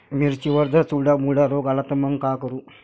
मिर्चीवर जर चुर्डा मुर्डा रोग आला त मंग का करू?